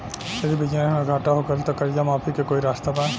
यदि बिजनेस मे घाटा हो गएल त कर्जा माफी के कोई रास्ता बा?